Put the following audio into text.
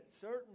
certain